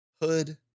Hood